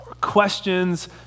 questions